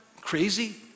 crazy